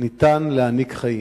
ניתן להעניק חיים,